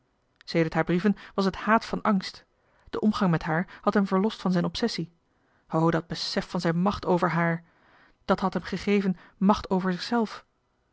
zonde in het deftige dorp angst de omgang met haar had hem verlost van zijn obsessie o dat besef van zijn macht over haar dat had hem gegeven